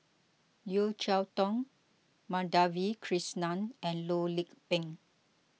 Yeo Cheow Tong Madhavi Krishnan and Loh Lik Peng